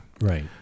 right